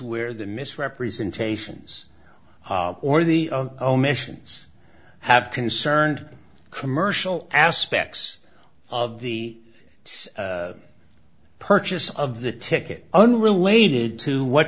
where the misrepresentations or the omissions have concerned commercial aspects of the purchase of the ticket unrelated to what